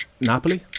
Napoli